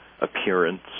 appearance